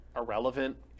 irrelevant